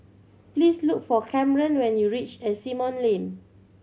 please look for Camron when you reach Asimont Lane